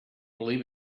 believe